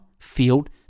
field